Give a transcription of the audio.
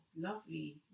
lovely